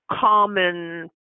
common